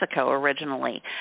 originally